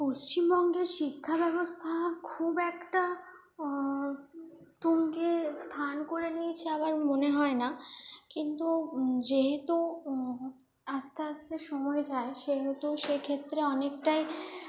পশ্চিমবঙ্গের শিক্ষাব্যবস্থা খুব একটা তুঙ্গে স্থান করে নিয়েছে আমার মনে হয় না কিন্তু যেহেতু আস্তে আস্তে সময় যায় সেহেতু সেক্ষেত্রে অনেকটাই